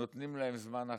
נותנים להם זמן אחר.